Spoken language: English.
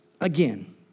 again